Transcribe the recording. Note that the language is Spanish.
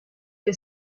que